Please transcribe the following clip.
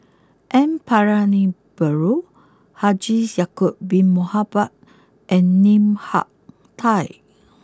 N Palanivelu Haji Ya'acob Bin Mohamed and Lim Hak Tai